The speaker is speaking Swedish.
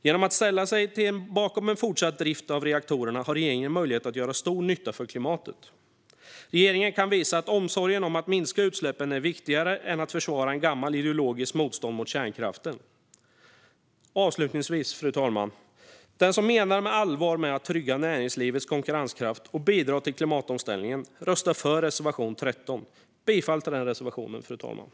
Genom att ställa sig bakom en fortsatt drift av reaktorerna har regeringen möjlighet att göra stor nytta för klimatet. Regeringen kan visa att omsorgen om att minska utsläppen är viktigare än att försvara ett gammalt ideologiskt motstånd mot kärnkraften. Avslutningsvis, fru talman! Den som menar allvar med att trygga näringslivets konkurrenskraft och bidra till klimatomställningen röstar för reservation 13. Jag yrkar bifall till den reservationen, fru talman.